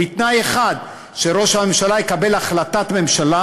בתנאי אחד: שראש הממשלה יקבל החלטת ממשלה